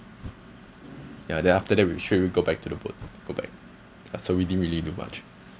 ya then after that we sure we go back to the boat go back ah so we didn't really do much